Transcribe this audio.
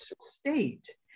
state